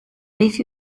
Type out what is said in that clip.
beth